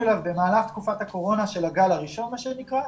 אליו במהלך תקופת הקורונה של הגל הראשון כפי שהוא נקרא.